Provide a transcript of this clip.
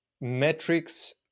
metrics